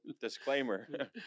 disclaimer